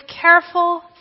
careful